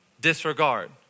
disregard